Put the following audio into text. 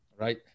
Right